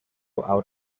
out